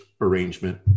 arrangement